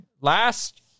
Last